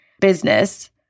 business